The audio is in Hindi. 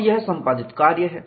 और यह सम्पादित कार्य है